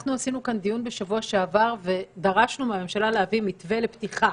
אנחנו עשינו כאן דיון בשבוע שעבר ודרשנו מהממשלה להביא מתווה לפתיחה.